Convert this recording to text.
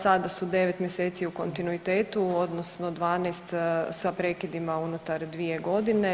Sada su 9 mjeseci u kontinuitetu odnosno 12 sa prekidima unutar 2 godine.